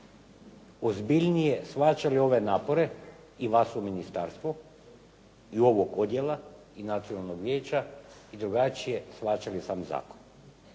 ozbiljnije shvaćali ove napore i vas u ministarstvu i ovog odbora i Nacionalnog vijeća i drugačije shvaćali sam zakon.